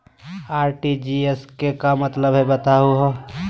RTGS के का मतलब हई, बताहु हो?